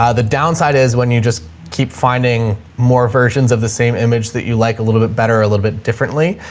ah the downside is when you just keep finding finding more versions of the same image that you like a little bit better, a little bit differently.